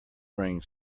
bring